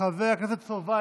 חבר הכנסת סובה,